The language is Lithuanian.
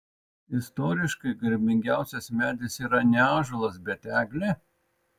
istoriškai garbingiausias medis yra ne ąžuolas bet eglė